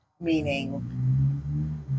meaning